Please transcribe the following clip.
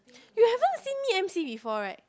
you haven't seen me emcee before right